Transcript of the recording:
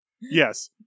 Yes